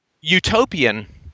utopian